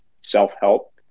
self-help